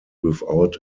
without